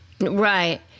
Right